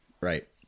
Right